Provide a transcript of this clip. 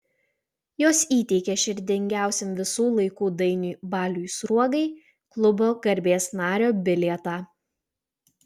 jos įteikė širdingiausiam visų laikų dainiui baliui sruogai klubo garbės nario bilietą